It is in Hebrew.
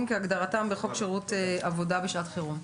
כהגדרתם בחוק שירות עבודה בשעת חירום.